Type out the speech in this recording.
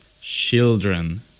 children